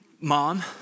Mom